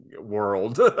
world